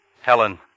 Helen